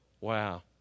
Wow